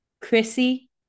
Chrissy